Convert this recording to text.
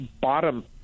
bottom –